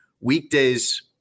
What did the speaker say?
weekdays